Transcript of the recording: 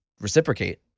reciprocate